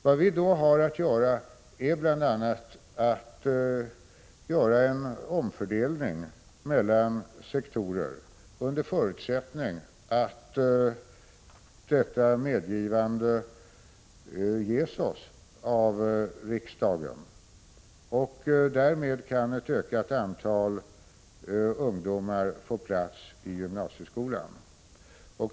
Vad vi då har att göra är bl a. en omfördelning mellan sektorer, under förutsättning att ett medgivande ges oss av riksdagen. Därmed kan ett ökat antal ungdomar få plats i gymnasieskolan.